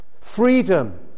freedom